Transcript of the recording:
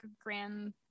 Grand